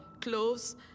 clothes